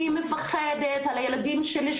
אני מפחדת על הילדים שלי,